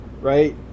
right